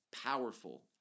powerful